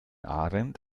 ahrendt